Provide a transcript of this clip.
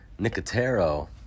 Nicotero